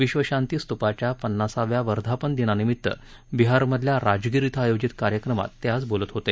विध्व शांती स्तूपाच्या पन्नासाव्या वर्धापनदिनानिमित्त बिहारमधल्या राजगिर इथं आयोजित कार्यक्रमात ते आज बोलत होते